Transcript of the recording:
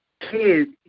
kids